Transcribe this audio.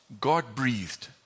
God-breathed